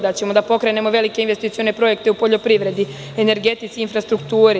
Da ćemo da pokrenemo velike investicione projekte u poljoprivredi, energetici, infrastrukturi.